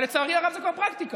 ולצערי הרב זו כבר פרקטיקה,